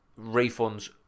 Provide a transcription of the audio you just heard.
refunds